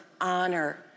honor